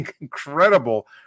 incredible